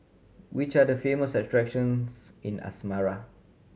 which are the famous attractions in Asmara